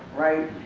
right?